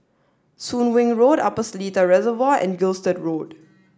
soon Wing Road Upper Seletar Reservoir and Gilstead Road